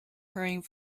hurrying